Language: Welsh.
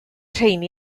rheiny